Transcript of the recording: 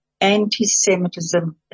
anti-Semitism